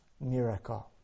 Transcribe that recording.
miracle